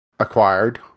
Acquired